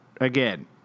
again